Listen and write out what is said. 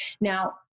Now